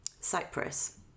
Cyprus